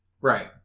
Right